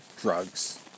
drugs